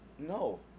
No